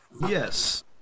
Yes